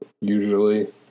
usually